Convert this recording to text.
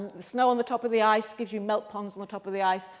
the snow on the top of the ice gives you melt ponds in the top of the ice,